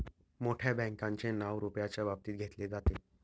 मोठ्या बँकांचे नाव रुपयाच्या बाबतीत घेतले जाते